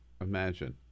imagine